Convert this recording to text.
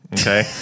Okay